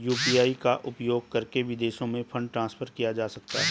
UPI का उपयोग करके विदेशों में फंड ट्रांसफर किया जा सकता है?